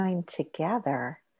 together